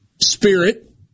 spirit